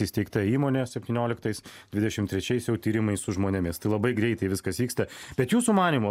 įsteigta įmonė septynioliktais dvidešim trečiais jau tyrimai su žmonėmis tai labai greitai viskas vyksta bet jūsų manymu